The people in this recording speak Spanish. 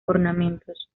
ornamentos